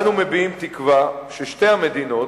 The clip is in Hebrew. אנו מביעים תקווה ששתי המדינות,